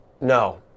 No